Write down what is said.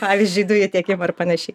pavyzdžiui dujų tiekimo ir panašiai